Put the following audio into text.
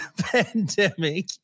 pandemic